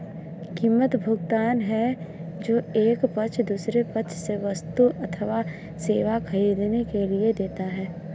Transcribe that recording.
कीमत, भुगतान है जो एक पक्ष दूसरे पक्ष से वस्तु अथवा सेवा ख़रीदने के लिए देता है